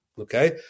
Okay